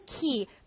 key